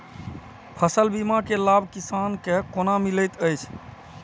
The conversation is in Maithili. फसल बीमा के लाभ किसान के कोना मिलेत अछि?